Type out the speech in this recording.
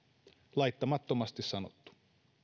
laittamattomasti sanottu